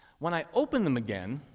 when i opened them again,